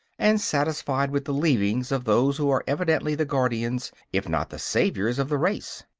and satisfied with the leavings of those who are evidently the guardians, if not the saviors, of the race.